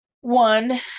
one